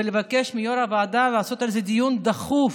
ולבקש מיו"ר הוועדה לעשות על זה דיון דחוף,